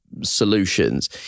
solutions